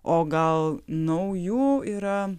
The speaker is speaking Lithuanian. o gal naujų yra